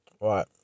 Right